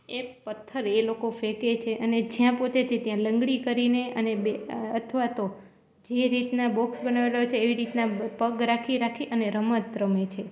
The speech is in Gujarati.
એ પથ્થર એ લોકો ફેંકે છે અને જ્યાં પહોંચે તે ત્યાં લંગડી કરી ને અને અથવા તો જે રીતનાં બોક્સ બનાવેલાં હોય છે એવી રીતનાં પગ રાખી રાખી અને રમત રમે છે